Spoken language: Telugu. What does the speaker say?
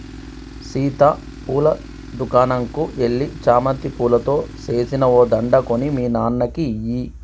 సీత పూల దుకనంకు ఎల్లి చామంతి పూలతో సేసిన ఓ దండ కొని మీ నాన్నకి ఇయ్యి